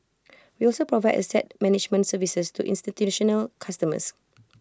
we also provide asset management services to institutional customers